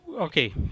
Okay